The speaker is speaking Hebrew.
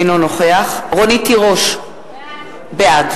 אינו נוכח רונית תירוש, בעד